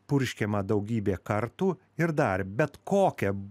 purškiama daugybė kartų ir dar bet kokia